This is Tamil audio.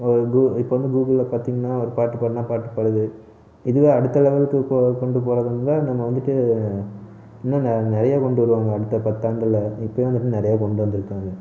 இப்போ கூ இப்போ வந்து கூகுளில் பாத்திங்கனா ஒரு பாட்டு பாடினா பாட்டு பாடுது இது தான் அடுத்த லெவெலுக்கு இப்போது கொண்டு போறதுன்னு தான் நம்ம வந்துவிட்டு இன்னும் நிறையா கொண்டு வருவாங்க அடுத்த பத்து ஆண்டில் இப்போயே வந்துவிட்டு நிறையா கொண்டு வந்திருக்காங்க